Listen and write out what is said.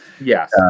yes